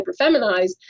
hyperfeminized